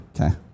Okay